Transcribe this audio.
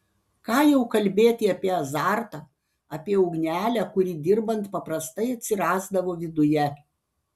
ką jau kalbėti apie azartą apie ugnelę kuri dirbant paprastai atsirasdavo viduje